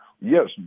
Yes